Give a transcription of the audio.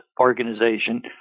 organization